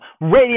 Radio